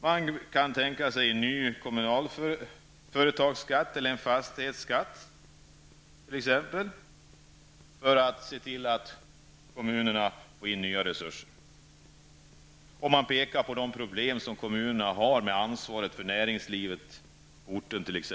Man kan tänka sig en ny kommunal företagsskatt eller en fastighetsskatt för att se till att kommunerna får in nya resurser. Man pekar på de problem som kommunerna har med ansvaret för näringslivet på orten.